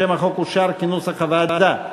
שם החוק אושר כנוסח הוועדה.